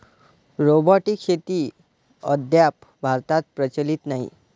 robotic शेती अद्याप भारतात प्रचलित नाही